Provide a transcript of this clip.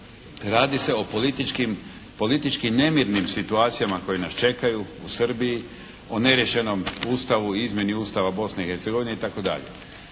Radi se o politički nemirnim situacijama koje nas čekaju u Srbiji, o neriješenom Ustavu, izmjeni Ustava Bosne i Hercegovine itd.